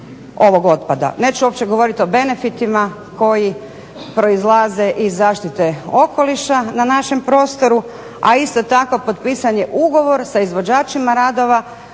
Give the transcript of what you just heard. Neću uopće govoriti o benefitima koji proizlaze iz zaštite okoliša na našem prostoru, a isto tako potpisan je ugovor sa izvođačima radova